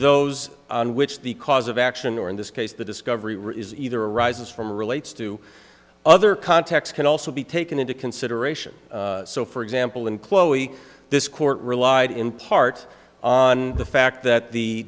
those on which the cause of action or in this case the discovery is either arises from relates to other context can also be taken into consideration so for example in chloe this court relied in part on the fact that the